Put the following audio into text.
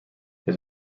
his